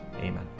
Amen